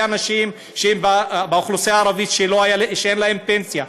אנשים באוכלוסייה הערבית שאין להם פנסיה,